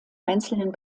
einzelnen